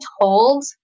told